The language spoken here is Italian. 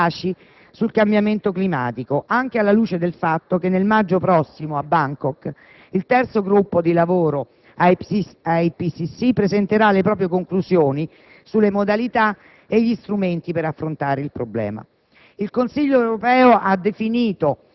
il mondo per scelte decise ed efficaci sul cambiamento climatico, anche alla luce del fatto che nel maggio prossimo a Bangkok il terzo gruppo di lavoro IPCC presenterà le proprie conclusioni sulle modalità e gli strumenti per affrontare il problema;